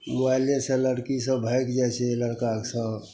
मोबाइलेसे लड़कीसभ भागि जाइ छै लड़काके सङ्ग